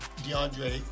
DeAndre